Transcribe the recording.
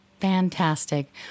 Fantastic